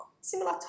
similar